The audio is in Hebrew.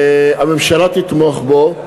הממשלה תתמוך בו.